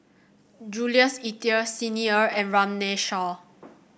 Jules Itier Xi Ni Er and Runme Shaw